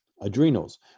Adrenals